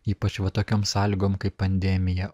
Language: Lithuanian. ypač va tokiom sąlygom kaip pandemija